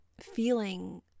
feeling